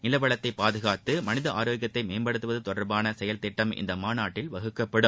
நில வளத்தை பாதுகாத்து மனித ஆரோக்கியத்தை மேம்படுத்துவது தொடர்பான செயல் திட்டம் இந்த மாநாட்டில் வகுக்கப்படும்